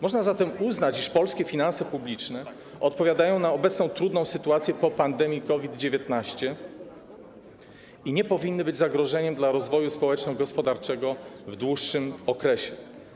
Można zatem uznać, iż polskie finanse publiczne odpowiadają właściwie na obecną trudną sytuację po pandemii COVID-19 i nie powinny być zagrożeniem dla rozwoju społeczno-gospodarczego w dłuższym okresie.